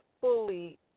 fully